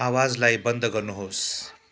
आवाजलाई बन्द गर्नुहोस्